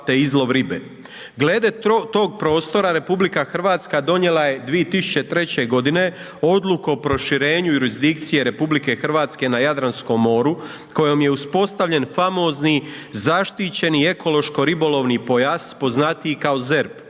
Glede tog prostora Republika Hrvatska donijela je 2003. godine Odluku o proširenju jurisdikcije Republike Hrvatske na Jadranskom moru kojom je uspostavljen famozni zaštićeni ekološko-ribolovni pojas poznatiji kao ZERP.